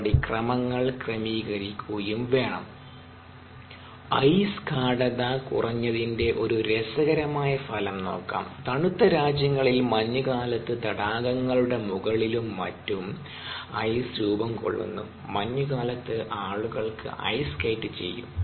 നടപടിക്രമങ്ങൾ ക്രമീകരിക്കുകയും വേണം ഐസ് ഗാഢത കുറഞ്ഞതിന്റെ ഒരു രസകരമായ ഫലം നോക്കാം തണുത്ത രാജ്യങ്ങളിൽ മഞ്ഞുകാലത്ത് തടാകങ്ങളുടെ മുകളിലും മറ്റും ഐസ് രൂപം കൊള്ളുന്നു മഞ്ഞുകാലത്ത് ആളുകൾ ക്ക് ഐസ് സ്കേറ്റ് ചെയ്യും